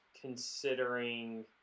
considering